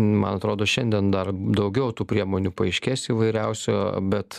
man atrodo šiandien dar daugiau tų priemonių paaiškės įvairiausio bet